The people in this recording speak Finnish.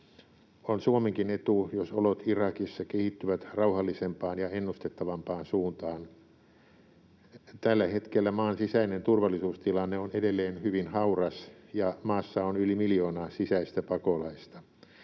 On Suomenkin etu, jos olot Irakissa kehittyvät rauhallisempaan ja ennustettavampaan suuntaan. Tällä hetkellä maan sisäinen turvallisuustilanne on edelleen hyvin hauras, ja maassa on yli miljoonaa sisäistä pakolaista.